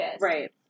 Right